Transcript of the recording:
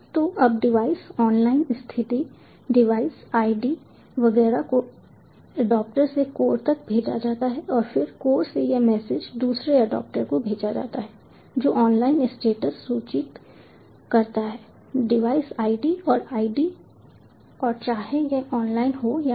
तो तब device online स्थिति डिवाइस ID वगैरह को एडेप्टर से कोर तक भेजा जाता है और फिर कोर से यह मैसेज दूसरे एडप्टर को भेजा जाता है जो ऑनलाइन स्टेटस सूचित करता है डिवाइस ID और ID और चाहे वह ऑनलाइन हो या नहीं